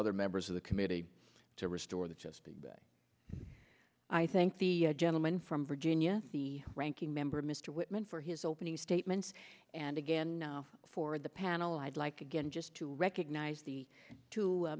other members of the committee to restore the just i thank the gentleman from virginia the ranking member mr whitman for his opening statements and again for the panel i'd like again just to recognize the two